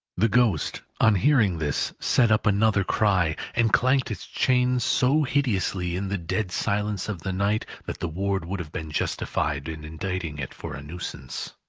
the ghost, on hearing this, set up another cry, and clanked its chain so hideously in the dead silence of the night, that the ward would have been justified in indicting it for a nuisance.